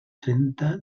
trenta